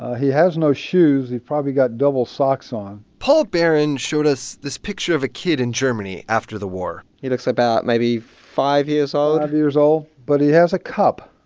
he has no shoes. he's probably got double socks on paul barron showed us this picture of a kid in germany after the war he looks about, maybe, five years old five years old. but he has a cup.